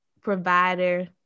provider